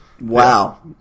wow